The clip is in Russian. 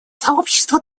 сообщество